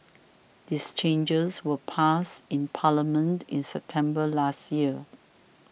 these changes were passed in Parliament in September last year